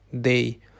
day